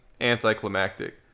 anticlimactic